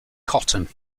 cotton